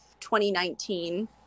2019